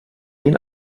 den